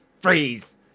freeze